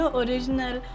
original